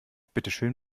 bitteschön